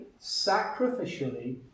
sacrificially